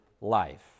life